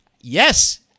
Yes